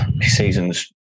season's